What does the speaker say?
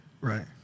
Right